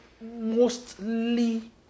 mostly